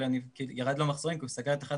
אלא ירדו לו המחזורים כי הוא סגר את אחת